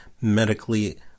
medically